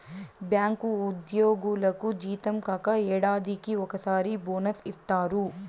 bank ఉద్యోగులకు జీతం కాక ఏడాదికి ఒకసారి బోనస్ ఇత్తారు